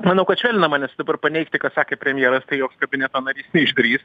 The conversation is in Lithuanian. manau kad švelninama nes dabar paneigti ką sakė premjeras tai joks kabineto narys neišdrįs